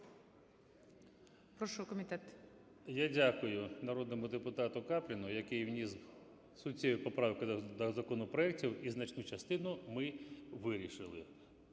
Я дякую народному депутату Капліну, який вніс суть цієї поправки до законопроекту, і значну частину ми вирішили